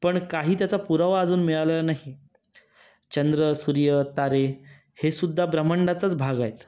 पण काही त्याचा पुरावा अजून मिळालेला नाही चंद्र सूर्य तारे हेसुद्धा ब्रह्माण्डाचाच भाग आहेत